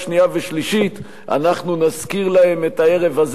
ושלישית אנחנו נזכיר להם את הערב הזה,